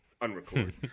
Unrecorded